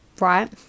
right